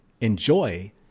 enjoy